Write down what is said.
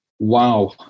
Wow